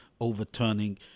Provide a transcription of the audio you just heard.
overturning